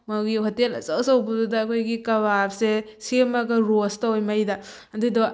ꯃꯣꯏꯒꯤ ꯍꯣꯇꯦꯜ ꯑꯆꯧ ꯑꯆꯧꯕꯗꯨꯗ ꯑꯩꯈꯣꯏꯒꯤ ꯀꯕꯥꯞꯁꯁꯦ ꯁꯦꯝꯃꯒ ꯔꯣꯁ ꯇꯧꯋꯦ ꯃꯩꯗ ꯑꯗꯨꯗꯣ